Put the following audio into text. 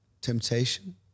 temptation